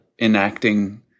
enacting